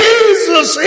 Jesus